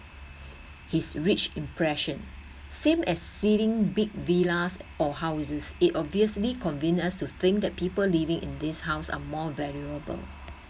his rich impression same as seeing big villas or houses it obviously convince us to think that people living in this house are more valuable